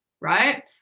right